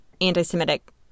anti-Semitic